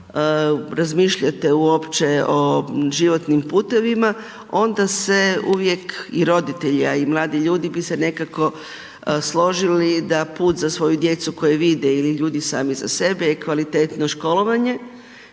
malo razmišljate uopće o životnim putevima, onda se uvijek i roditelji a i mladi ljude bi se nekako složili da put za svoju djecu koju vide ili ljudi sami za sebe je kvalitetno školovanje.